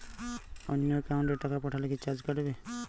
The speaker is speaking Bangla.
অন্য একাউন্টে টাকা পাঠালে কি চার্জ কাটবে?